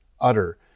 utter